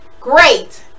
Great